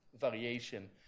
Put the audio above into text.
variation